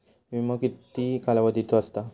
विमो किती कालावधीचो असता?